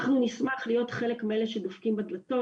אנחנו נשמח להיות חלק מאלה שדופקים בדלתות